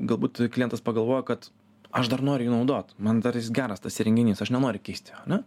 galbūt klientas pagalvojo kad aš dar noriu jį naudot man dar jis geras tas įrenginys aš nenoriu keist jo ane